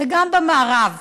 וגם במערב,